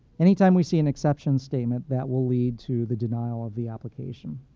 anytime we see an exception statement that will lead to the denial of the application.